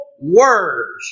words